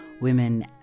women